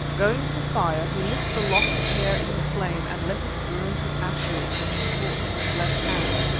going to the fire, he lit the lock of hair in the flame, and let it burn to ashes, which he caught in his left hand.